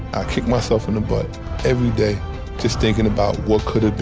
kick myself in the butt every day just thinking about what could have been.